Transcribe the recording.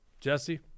Jesse